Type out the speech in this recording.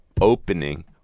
opening